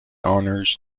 honours